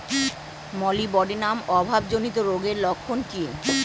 Molybdenum অভাবজনিত রোগের লক্ষণ কি কি?